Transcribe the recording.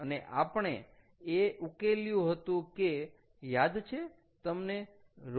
અને આપણે એ ઉકેલ્યુ હતું કે યાદ છે તમને ρf